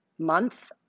Month